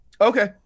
Okay